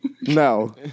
No